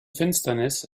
finsternis